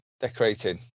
decorating